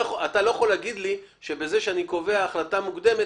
אתה לא יכול להגיד לי שבזה שאני קובע החלטה מוקדמת,